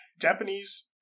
Japanese